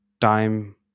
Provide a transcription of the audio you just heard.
time